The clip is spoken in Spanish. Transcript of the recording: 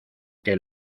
que